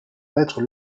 maître